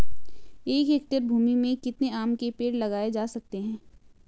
एक हेक्टेयर भूमि में कितने आम के पेड़ लगाए जा सकते हैं?